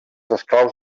esclaus